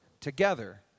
together